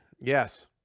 Yes